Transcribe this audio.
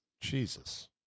Jesus